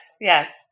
yes